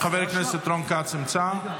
חבר הכנסת רון כץ נמצא?